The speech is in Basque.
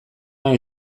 nahi